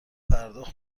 پرداخت